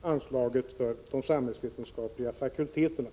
anslaget för de samhällsvetenskapliga fakulteterna.